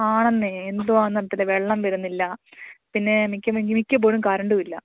ആണെന്നേ എന്തുവാണെന്ന് അറിയില്ല വെള്ളം വരുന്നില്ല പിന്നെ മിക്ക മിക്കപ്പോഴും കറണ്ടും ഇല്ല